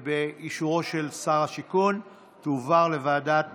ובאישורו של שר השיכון תועבר לוועדת